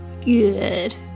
Good